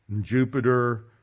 Jupiter